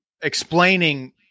explaining